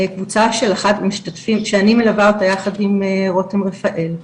קבוצה של 11 משתתפים שאני מלווה אותה יחד עם רותם רפאל.